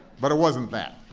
but it wasn't that.